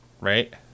right